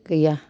गैया